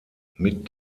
mit